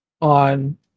on